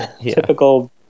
Typical